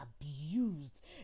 abused